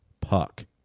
puck